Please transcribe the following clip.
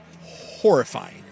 horrifying